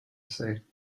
said